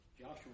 Joshua